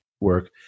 work